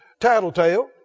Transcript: tattletale